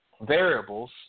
variables